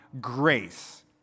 grace